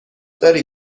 داری